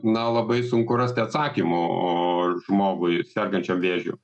na labai sunku rasti atsakymų žmogui sergančiam vėžiu